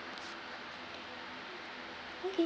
okay